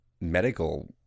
medical